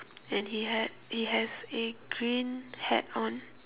and he had he has a green hat on